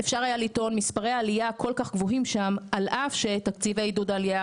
אפשר היה לטעון: מספרי העלייה כל כך גבוהים שעל אף שתקציבי עידוד העלייה